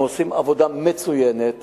הם עושים עבודה מצוינת,